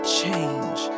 change